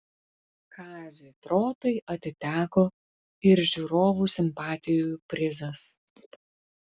kaziui trotai atiteko ir žiūrovų simpatijų prizas